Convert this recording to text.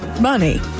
money